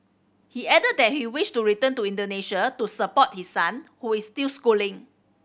he added that he wished to return to Indonesia to support his son who is still schooling